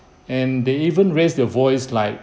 and they even raised their voice like